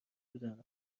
بودم